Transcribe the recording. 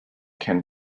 can